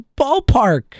ballpark